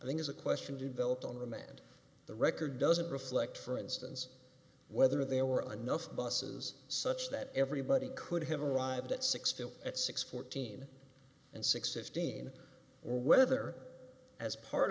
i think is a question developed on remand the record doesn't reflect for instance whether there were enough busses such that everybody could have arrived at six at six fourteen and six fifteen or whether as part